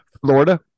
Florida